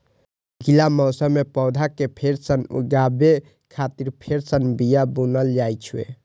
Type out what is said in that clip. अगिला मौसम मे पौधा कें फेर सं उगाबै खातिर फेर सं बिया बुनल जाइ छै